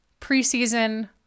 preseason